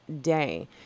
day